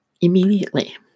immediately